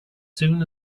soon